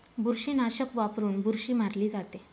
बुरशीनाशक वापरून बुरशी मारली जाते